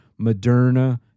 Moderna